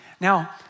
Now